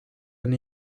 and